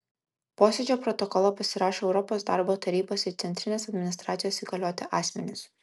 posėdžio protokolą pasirašo europos darbo tarybos ir centrinės administracijos įgalioti asmenys